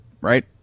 Right